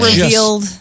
revealed